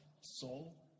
soul